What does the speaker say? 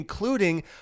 including